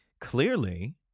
clearly